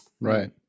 right